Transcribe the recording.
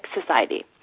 Society